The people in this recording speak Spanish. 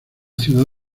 ciudad